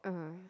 (uh huh)